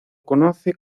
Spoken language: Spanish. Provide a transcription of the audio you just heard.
conoce